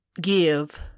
give